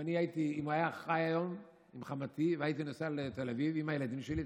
אם הוא היה חי היום עם חמותי והייתי נוסע לתל אביב עם הילדים שלי,